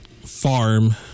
farm